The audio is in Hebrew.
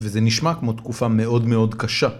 וזה נשמע כמו תקופה מאוד מאוד קשה